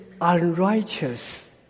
unrighteous